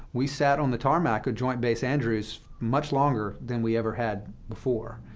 we sat on the tarmac of joint base andrews much longer than we ever had before.